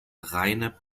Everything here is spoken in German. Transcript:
rheine